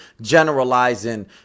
Generalizing